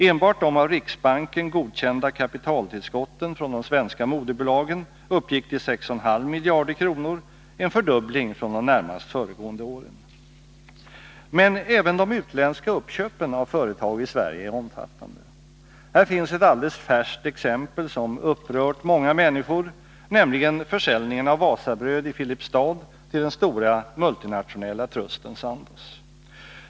Enbart de av riksbanken godkända kapitaltillskotten från de svenska moderbolagen uppgick till 6,5 miljarder kronor, en fördubbling från de närmast föregående åren. Men även de utländska uppköpen av företag i Sverige är omfattande. Här finns ett alldeles färskt exempel som upprört många människor, nämligen försäljningen av Wasabröd i Filipstad till den stora multinationella trusten Sandoz.